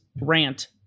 rant